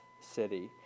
city